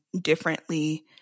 differently